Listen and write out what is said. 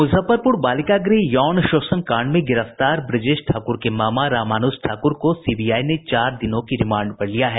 मुजफ्फरपुर बालिका गृह यौन शोषण कांड में गिरफ्तार ब्रजेश ठाकुर के मामा रामानुज ठाकुर को सीबीआई ने चार दिनों की रिमांड पर लिया है